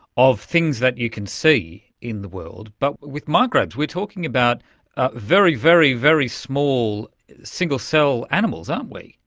of things that you can see in the world, but with microbes we're talking about very, very, very small single-cell so animals aren't um we.